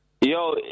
Yo